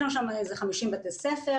יש לנו שם 50 בתי ספר,